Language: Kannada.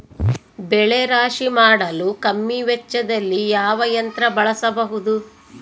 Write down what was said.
ಬೆಳೆ ರಾಶಿ ಮಾಡಲು ಕಮ್ಮಿ ವೆಚ್ಚದಲ್ಲಿ ಯಾವ ಯಂತ್ರ ಬಳಸಬಹುದು?